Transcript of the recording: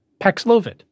Paxlovid